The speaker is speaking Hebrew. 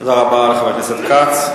תודה רבה לחבר הכנסת כץ.